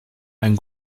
and